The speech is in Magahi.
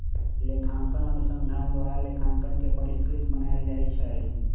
लेखांकन अनुसंधान द्वारा लेखांकन के परिष्कृत बनायल जाइ छइ